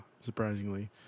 surprisingly